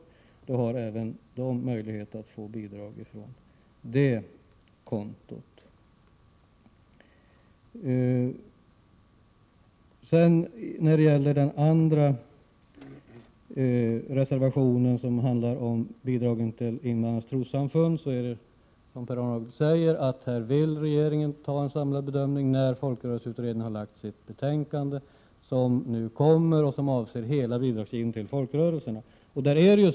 I sådana fall finns det möjlighet att få bidrag även från det anslaget. När det sedan gäller reservation 3, som handlar om bidragen till invandrarnas trossamfund, vill regeringen göra en samlad bedömning när folkrörelseutredningen lagt fram sitt betänkande, som nu skall komma och som avser hela bidragsgivningen till folkrörelserna. De fria trossamfunden Prot.